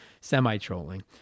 semi-trolling